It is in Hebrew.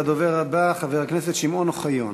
הדובר הבא, חבר הכנסת שמעון אוחיון,